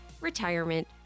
retirement